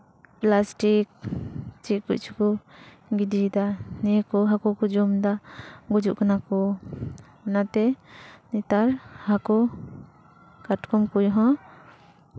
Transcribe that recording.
plastic ᱪᱮᱫ ᱠᱚᱪᱚ ᱠᱚ ᱜᱤᱰᱤᱭᱫᱟ ᱱᱤᱭᱟᱹ ᱠᱚ ᱦᱟᱹᱠᱩ ᱠᱚᱠᱚ ᱡᱚᱢ ᱫᱟ ᱜᱩᱡᱩᱜ ᱠᱟᱱᱟ ᱠᱚ ᱚᱱᱟᱛᱮ ᱱᱮᱛᱟᱨ ᱦᱟᱹᱠᱩ ᱠᱟᱴᱠᱚᱢ ᱠᱚᱦᱚᱸ